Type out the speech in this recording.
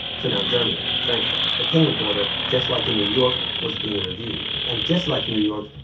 so, now germany, frankfurt, the payment order, just like in new york, was being reviewed. and, just like new york,